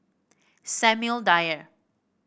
Samuel Dyer